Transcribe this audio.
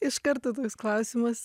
iš karto toks klausimas